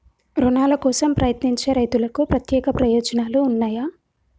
రుణాల కోసం ప్రయత్నించే రైతులకు ప్రత్యేక ప్రయోజనాలు ఉన్నయా?